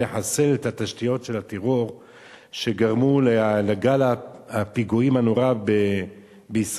לחסל את התשתיות של הטרור שגרמו לגל הפיגועים הנורא בישראל.